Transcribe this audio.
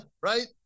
right